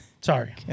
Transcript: Sorry